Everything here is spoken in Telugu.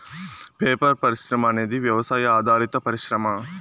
పేపర్ పరిశ్రమ అనేది వ్యవసాయ ఆధారిత పరిశ్రమ